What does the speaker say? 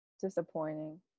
disappointing